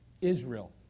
Israel